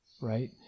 right